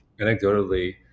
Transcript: anecdotally